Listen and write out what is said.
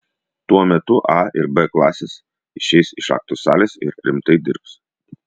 tuo metu a ir b klasės išeis iš aktų salės ir rimtai dirbs